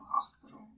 hospital